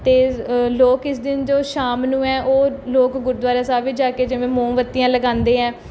ਅਤੇ ਜ ਲੋਕ ਇਸ ਦਿਨ ਜੋ ਸ਼ਾਮ ਨੂੰ ਹੈ ਉਹ ਲੋਕ ਗੁਰਦੁਆਰਾ ਸਾਹਿਬ ਵਿੱਚ ਜਾ ਕੇ ਜਿਵੇਂ ਮੋਮਬੱਤੀਆਂ ਲਗਾਉਂਦੇ ਹੈ